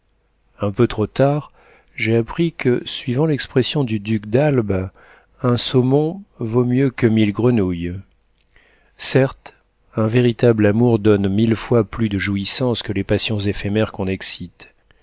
un peu trop tard j'ai appris que suivant l'expression du duc d'albe un saumon vaut mieux que mille grenouilles certes un véritable amour donne mille fois plus de jouissances que les passions éphémères qu'on excite